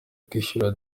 kwishyurwa